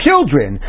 Children